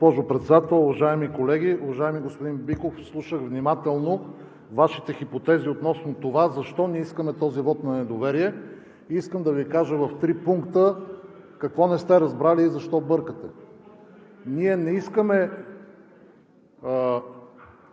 Госпожо Председател, уважаеми колеги! Уважаеми господин Биков, слушах внимателно Вашите хипотези относно това защо не искаме този вот на недоверие. В три пункта какво не сте разбрали и защо бъркате. Ние не искаме